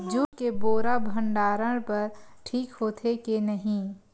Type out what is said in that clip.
Jute के बोरा भंडारण बर ठीक होथे के नहीं?